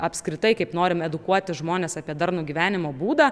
apskritai kaip norime edukuoti žmones apie darnų gyvenimo būdą